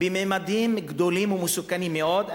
בממדים גדולים ומסוכנים מאוד,